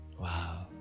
Wow